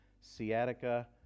sciatica